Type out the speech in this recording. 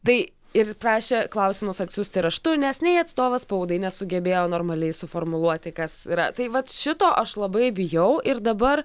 tai ir prašė klausimus atsiųsti raštu nes nei atstovas spaudai nesugebėjo normaliai suformuluoti kas yra tai vat šito aš labai bijau ir dabar